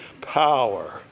power